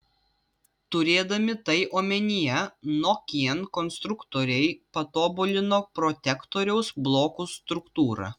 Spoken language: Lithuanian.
turėdami tai omenyje nokian konstruktoriai patobulino protektoriaus blokų struktūrą